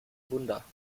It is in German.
wunder